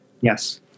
Yes